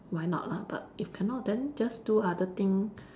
why not lah but if cannot then just do other thing